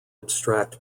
abstract